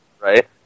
right